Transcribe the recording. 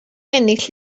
ennill